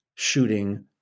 shooting